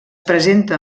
presenta